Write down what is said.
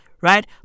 right